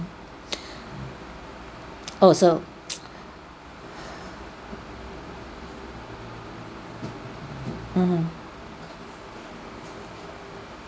oh so mmhmm